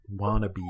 wannabe